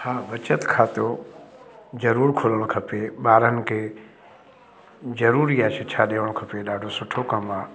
हा बचति खातो ज़रूरु खोलणु खपे ॿारनि खे ज़रूरी आहे शिक्षा ॾियणु खपे ॾाढो सुठो कमु आहे